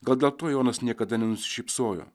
gal dėl to jonas niekada nenusišypsojo